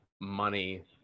money